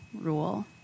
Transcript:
rule